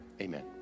amen